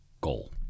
Goal